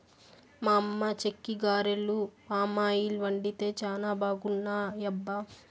మా అమ్మ చెక్కిగారెలు పామాయిల్ వండితే చానా బాగున్నాయబ్బా